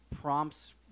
prompts